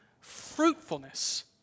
fruitfulness